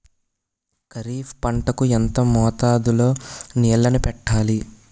ఖరిఫ్ పంట కు ఎంత మోతాదులో నీళ్ళని పెట్టాలి?